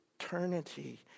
eternity